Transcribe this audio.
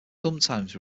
sometimes